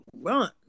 run